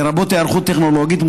לרבות היערכות טכנולוגית,